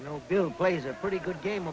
know bill plays a pretty good game